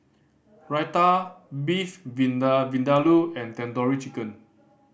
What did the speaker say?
Raita Beef Vindaloo and Tandoori Chicken